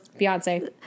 Beyonce